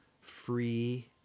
free